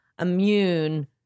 immune